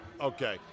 Okay